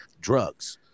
drugs